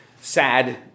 sad